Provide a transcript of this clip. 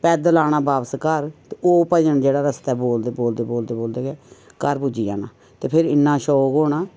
पैद्दल आना वापस घर ओह् भजन जेह्ड़ा रस्ते बोलदे बोलदे बोलदे बोलदे गै घर पुज्जी जाना ते फेर इन्ना शोक होना